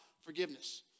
forgiveness